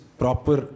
proper